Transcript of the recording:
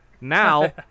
Now